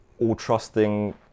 all-trusting